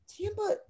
Tampa